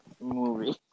movie